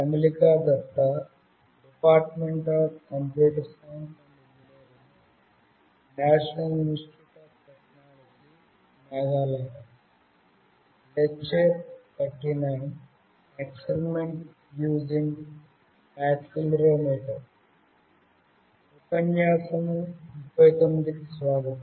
ఉపన్యాసం 39 కు స్వాగతం